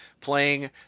playing